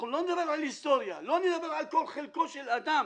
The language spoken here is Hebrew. לא נדבר על ההיסטוריה, לא נדבר על כל חלקו של אדם.